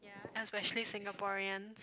especially Singaporean